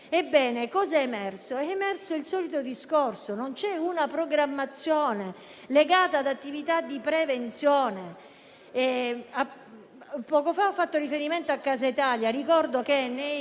Catania e Palagonia ed è emerso il solito discorso: non c'è una programmazione delle attività di prevenzione. Poco fa ho fatto riferimento a Casa Italia. Ricordo che negli